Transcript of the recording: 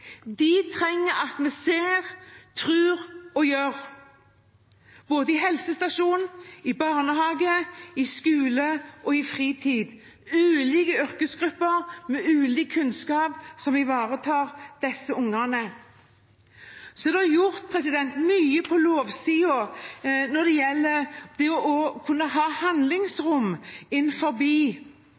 De trenger at vi ser, tror og gjør – både i helsestasjonen, i barnehage, i skole og i fritid – ulike yrkesgrupper med ulik kunnskap som ivaretar disse ungene. Så er det gjort mye på lovsiden for å kunne ha handlingsrom